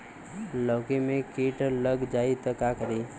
लौकी मे किट लग जाए तो का करी?